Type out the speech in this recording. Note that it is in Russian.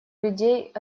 людей